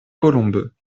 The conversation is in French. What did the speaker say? colombes